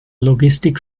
logistik